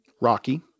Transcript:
rocky